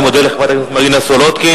אני מודה לחברת הכנסת מרינה סולודקין.